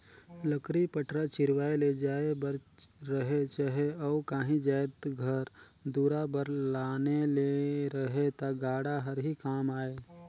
लकरी पटरा चिरवाए ले जाए बर रहें चहे अउ काही जाएत घर दुरा बर लाने ले रहे ता गाड़ा हर ही काम आए